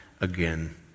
again